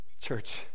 Church